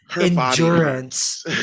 endurance